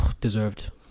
deserved